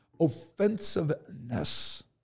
offensiveness